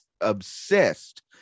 obsessed